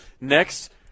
Next